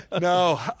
No